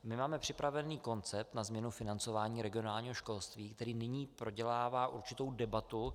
Máme připravený koncept na změnu financování regionálního školství, který nyní prodělává určitou debatu.